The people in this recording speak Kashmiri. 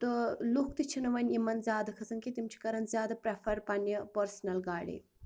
تہٕ لُکھ تہِ چھِنہٕ وَنۍ یِمن زیادٕ کھسان کیٚنہہ تِم چھِ کران زیادٕ پریفر پَنٕنہِ پرسٔنَل گاڑِ